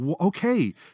okay